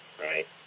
right